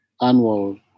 annual